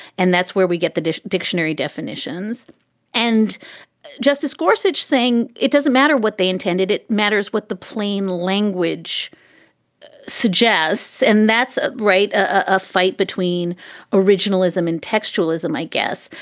and that's where we get the dictionary definitions and justice gorsuch saying it doesn't matter what they intended. it matters what the plain language suggests. and that's ah right, a fight between originalism and textualism, i guess.